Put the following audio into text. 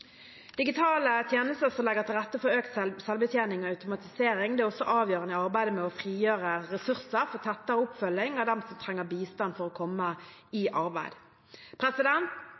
Digitale tjenester som legger til rette for økt selvbetjening og automatisering, er også avgjørende i arbeidet med å frigjøre ressurser for tettere oppfølging av dem som trenger bistand for å komme i arbeid.